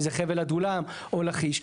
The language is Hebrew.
זה חבל עדולם או לכיש,